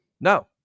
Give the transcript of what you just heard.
No